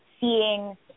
seeing